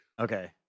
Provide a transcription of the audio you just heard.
Okay